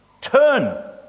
turn